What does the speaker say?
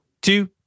two